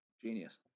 genius